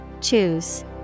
Choose